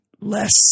less